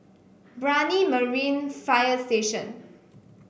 Brani Marine Fire Station